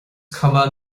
cuma